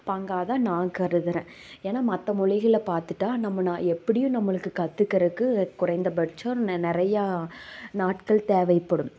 பங்காகதான் நான் கருதுகிறேன் ஏன்னா மற்ற மொழிகளை பார்த்துட்டா நம்மள எப்படியும் நம்மளுக்கு கத்துக்கிறதுக்கு குறைந்தபட்சம் நிறையா நாட்கள் தேவைப்படும்